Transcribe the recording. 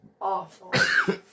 awful